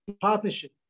partnership